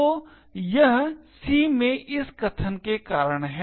तो यह C में इस कथन के कारण है